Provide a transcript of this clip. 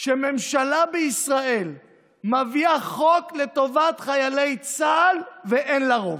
שממשלה בישראל מביאה חוק לטובת חיילי צה"ל ואין לה רוב.